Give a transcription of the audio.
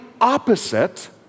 opposite